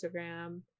instagram